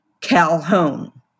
Calhoun